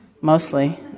mostly